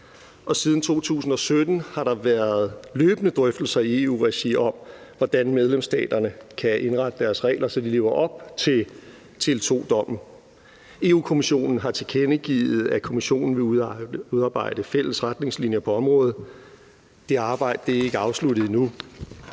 siden 2017 har der været løbende drøftelser i EU-regi om, hvordan medlemsstaterne kan indrette deres regler, så de lever op til Tele2-dommen. Europa-Kommissionen har tilkendegivet, at Kommissionen vil udarbejde fælles retningslinjer på området. Det arbejde er ikke afsluttet endnu.